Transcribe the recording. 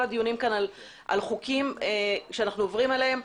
הדיונים פה על חוקים שאנו עוברים עליהם,